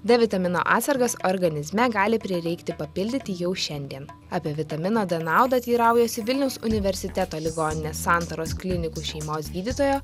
d vitamino atsargas organizme gali prireikti papildyti jau šiandien apie vitamino d naudą teiraujuosi vilniaus universiteto ligoninės santaros klinikų šeimos gydytojo